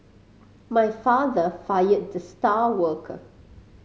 my father fired the star worker